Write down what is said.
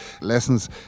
lessons